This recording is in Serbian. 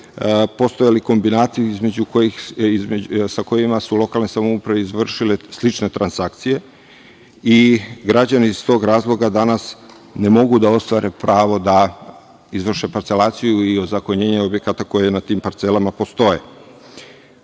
postojali kombinati sa kojima su lokalne samouprave izvršile slične transakcije i građani iz tog razloga danas ne mogu da ostvare pravo da izvrše parcelaciju i ozakonjenje objekata koji na tim parcelama postoje. Ovi